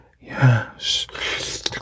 Yes